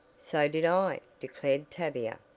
so did i, declared tavia.